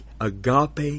agape